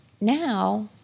Now